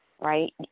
right